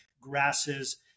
grasses